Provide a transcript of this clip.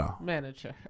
manager